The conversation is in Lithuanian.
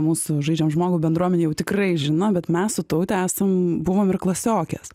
mūsų žaidžiam žmogų bendruomenė jau tikrai žino bet mes su taute esam buvom ir klasiokės